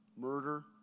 Murder